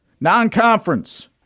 Non-conference